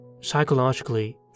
Psychologically